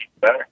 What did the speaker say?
better